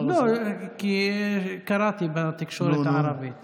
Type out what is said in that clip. כי קראתי בתקשורת הערבית